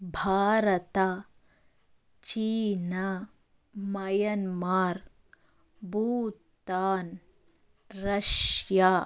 Bharat China Myanmar Bhutan Russia